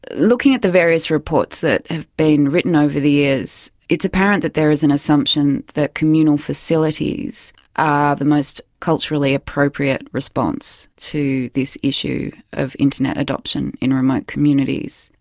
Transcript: looking at the various reports that have been written over the years, it's apparent that there is an assumption that communal facilities are the most culturally appropriate response to this issue of internet adoption in remote communities.